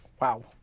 Wow